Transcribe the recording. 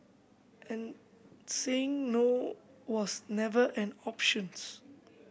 and saying no was never an options